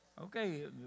Okay